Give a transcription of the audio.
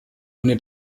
ohne